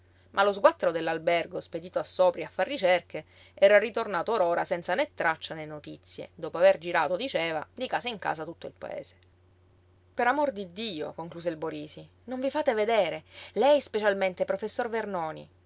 ma lo sguattero dell'albergo spedito a sopri a far ricerche era ritornato or ora senza né traccia né notizie dopo aver girato diceva di casa in casa tutto il paese per amor di dio concluse il borisi non vi fate vedere lei specialmente professor vernoni